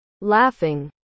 Laughing